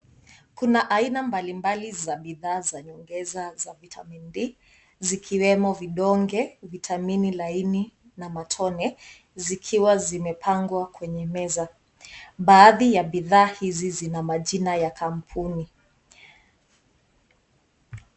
Kuna aina mbalimbali za bidhaa za nyongeza za vitamini D zikiwemo vidonge, vitamini laini na matone zikiwa zimepangwa kwenye meza. Baadhi ya bidhaa hizi zina majina ya kampuni.